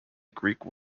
greek